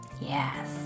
yes